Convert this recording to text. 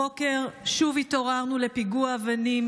הבוקר שוב התעוררנו לפיגוע אבנים,